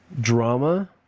drama